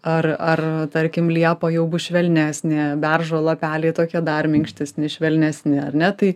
ar ar tarkim liepa jau bus švelnesnė beržo lapeliai tokie dar minkštesni švelnesni ar ne taip